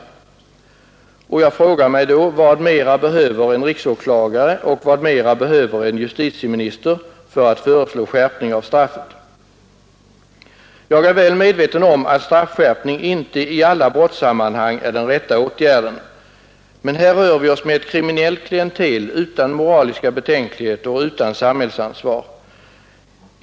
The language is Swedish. Jag frågar mig då: Vad mera behöver en riksåklagare, och vad mera behöver en justititeminister för att föreslå skärpning av straffet? Jag är väl medveten om att straffskärpning inte i alla brottssammanhang är den rätta åtgärden. Men här rör vi oss med ett kriminellt klientel utan moraliska betänkligheter och utan samhällsansvar.